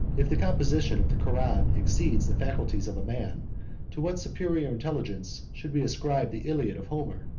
if the composition of the koran exceed the faculties of a man to what superior intelligence should we ascribe the iliad of homer,